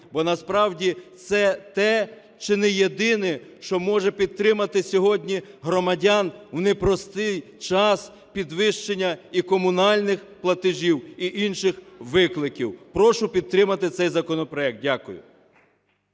Бо насправді це те, чи не єдине, що може підтримати сьогодні громадян в непростий час підвищення і комунальних платежів, і інших викликів. Прошу підтримати цей законопроект. Дякую.